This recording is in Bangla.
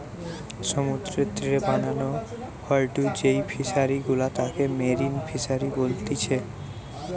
সমুদ্রের তীরে বানানো হয়ঢু যেই ফিশারি গুলা তাকে মেরিন ফিসারী বলতিচ্ছে